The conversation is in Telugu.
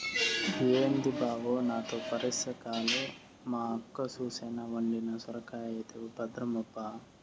ఏంది బావో నాతో పరాసికాలు, మా యక్క సూసెనా పండిన సొరకాయైతవు భద్రమప్పా